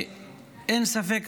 אין ספק,